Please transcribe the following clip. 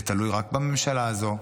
זה תלוי רק בממשלה הזו,